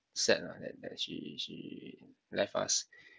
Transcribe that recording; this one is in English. sad lah that that she she left us